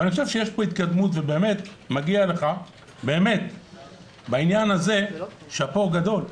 אבל אני חושב שיש פה התקדמות ובאמת מגיע לך בעניין הזה שאפו גדול.